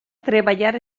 treballar